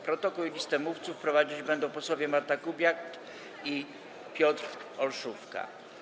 Protokół i listę mówców prowadzić będą posłowie Marta Kubiak i Piotr Olszówka.